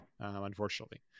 Unfortunately